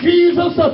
Jesus